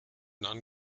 non